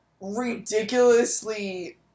ridiculously